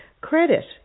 credit